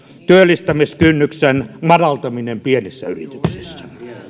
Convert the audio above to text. työllistämiskynnyksen madaltaminen pienissä yrityksissä